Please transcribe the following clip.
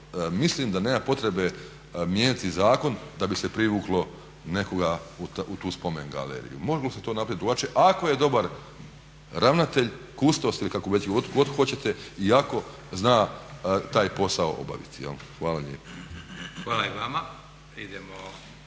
mislim da nema potrebe mijenjati zakon da bi se privuklo nekoga u tu spomen galeriju. Moglo se to napraviti drugačije ako je dobar ravnatelj, kustos ili kako već god hoćete i ako zna taj posao obaviti. Hvala lijepo.